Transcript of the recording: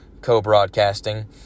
co-broadcasting